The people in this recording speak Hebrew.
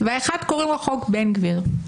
והאחד קוראים לו "חוק בן גביר".